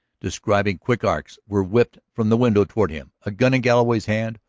describing quick arcs, were whipped from the window toward him. a gun in galloway's hand,